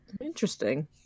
Interesting